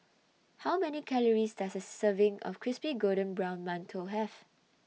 How Many Calories Does A Serving of Crispy Golden Brown mantou Have